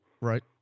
Right